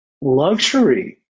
luxury